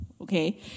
okay